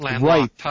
right